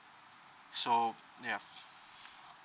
so yeah